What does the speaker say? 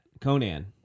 Conan